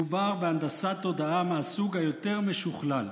מדובר בהנדסת תודעה מהסוג היותר-משוכלל.